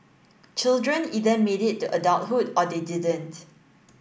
children either made it to adulthood or they didn't